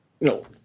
no